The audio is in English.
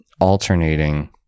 alternating